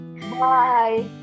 Bye